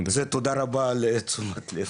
תודה על תשומת הלב.